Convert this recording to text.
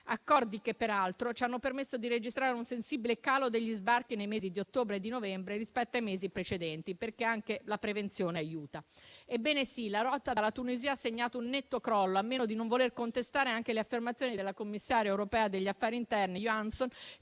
accordi, peraltro, ci hanno permesso di registrare un sensibile calo degli sbarchi nei mesi di ottobre e novembre rispetto ai mesi precedenti, perché anche la prevenzione aiuta. Ebbene sì, la rotta dalla Tunisia ha segnato un netto crollo, a meno di non voler contestare anche le affermazioni della Commissaria europea degli affari interni Johansson,